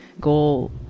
goal